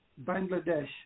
Bangladesh